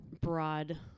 broad